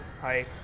Hi